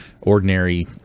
ordinary